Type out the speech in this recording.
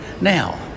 now